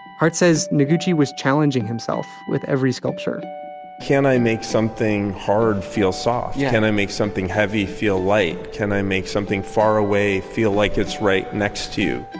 hart says noguchi was challenging himself with every sculpture can i make something hard, feel soft? yeah can i make something heavy, feel light? can i make something far away feel like it's right next to you.